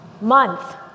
month